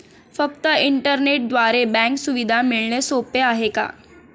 फक्त इंटरनेटद्वारे बँक सुविधा मिळणे सोपे आहे का?